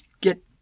get